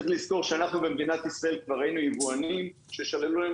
צריך לזכור שאנחנו במדינת ישראל כבר ראינו יבואנים ששללו להם